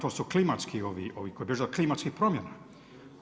To su klimatski ovi koji bježe od klimatskih promjena u